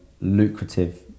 lucrative